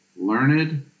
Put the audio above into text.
learned